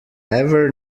ever